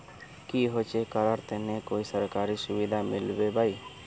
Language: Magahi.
की होचे करार तने कोई सरकारी सुविधा मिलबे बाई?